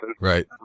Right